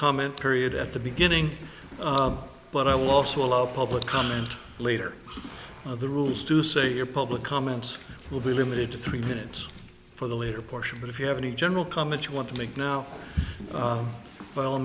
comment period at the beginning but i will also allow public comment later on the rules to say your public comments will be limited to three minutes for the later portion but if you have any general comment you want to make now by all